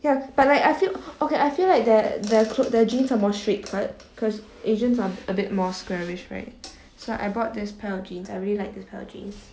ya but like I feel okay I feel like their their clo~ their jeans are more straight cut because asians are a bit more squarish right so I bought this pair of jeans I really like this pair of jeans